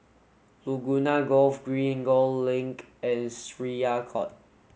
Laguna Golf Green Gul Link and Syariah Court